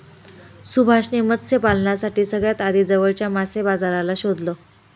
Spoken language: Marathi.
सुभाष ने मत्स्य पालनासाठी सगळ्यात आधी जवळच्या मासे बाजाराला शोधलं